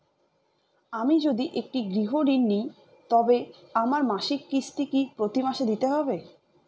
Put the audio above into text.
আমি যদি একটি গৃহঋণ নিই তবে আমার মাসিক কিস্তি কি প্রতি মাসে দিতে হবে?